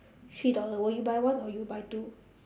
three dollars will you buy one or you buy two